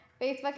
Facebook